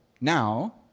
Now